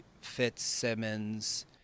Fitzsimmons